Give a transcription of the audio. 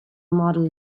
model